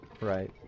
Right